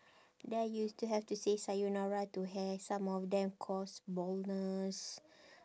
then you've to have to say sayonara to hair some of them cause baldness